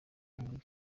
muri